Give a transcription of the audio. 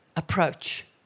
approach